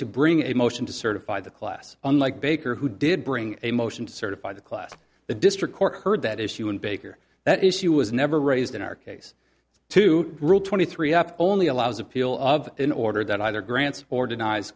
to bring a motion to certify the class unlike baker who did bring a motion to certify the class the district court heard that issue and baker that issue was never raised in our case to rule twenty three up only allows appeal of in order that either grants or denies